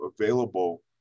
available